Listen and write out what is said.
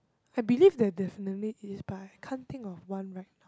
I believe there definitely is but I can't think of one right now